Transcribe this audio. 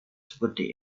seperti